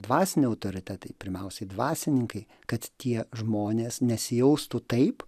dvasiniai autoritetai pirmiausiai dvasininkai kad tie žmonės nesijaustų taip